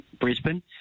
Brisbane